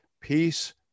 Peace